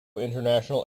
international